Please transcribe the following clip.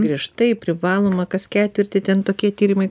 griežtai privaloma kas ketvirtį ten tokie tyrimai